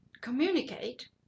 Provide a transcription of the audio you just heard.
communicate